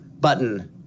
button